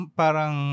parang